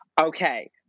Okay